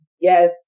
yes